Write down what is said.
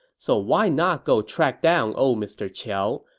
so why not go track down old mr. qiao,